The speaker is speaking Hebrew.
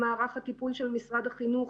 למערך הטיפול של משרד החינוך.